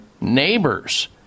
neighbors